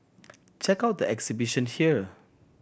check out the exhibition here